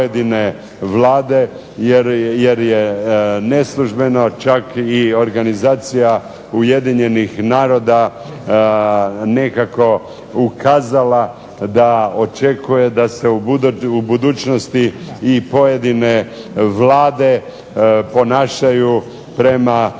Jer je neslužbeno čak i organizacija Ujedinjenih naroda nekako ukazala da očekuje da se u budućnosti i pojedine vlade ponašaju prema toj normi